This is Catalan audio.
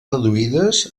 reduïdes